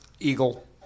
Eagle